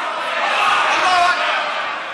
ותגידו ל"חמאס"